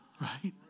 Right